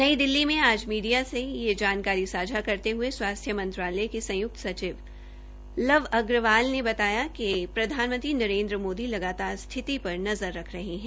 नई दिल्ली में आज मीडिया से ये जानकारी सांझा करते हये स्वास्थ्य मंत्रालय के संयुक्त सचिव लव अग्रवाल ने कहा कि प्रधानमंत्री नरेन्द्र मोदी लगातार स्थिति पर नज़र रख रहे है